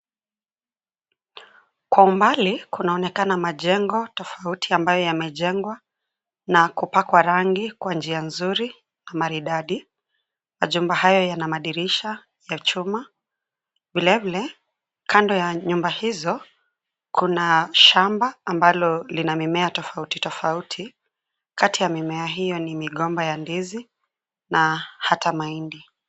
Kwa umbali kuaonekana majengo tofauti ambayo yamejengwa na kupakwa rangi kwa njia nzuri na maridadi. Majumba hayo yana madirisha ya chuma vile vile kando ya nyumba hizo kuna shamba ambalo lina mimiea tofauti tofauti. kati ya mimea hiyo ni migomba ya ndizi na hata mahindi.